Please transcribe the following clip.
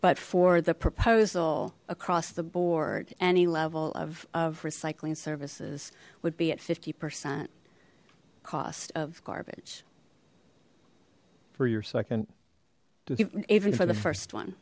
but for the proposal across the board any level of recycling services would be at fifty percent cost of garbage for your second even for the first one